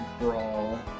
brawl